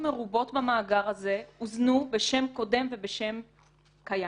מרובות במאגר הזה הוזנו בשם קודם ובשם קיים,